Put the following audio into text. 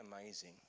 amazing